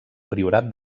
priorat